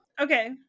Okay